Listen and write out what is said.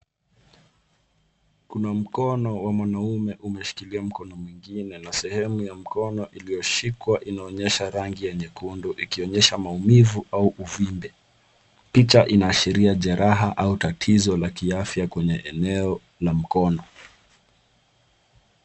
Kuna mkono wa mwanaume umeshikilia mkono mwingine na sehemu iliyoshikwa inaonyesha rangi nyekundu ikionyesha maumivu au uvimbe. Picha inaashiria jeraha au tatizo la kiafya kwenye eneo la mkono.